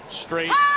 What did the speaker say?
straight